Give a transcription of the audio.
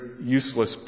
useless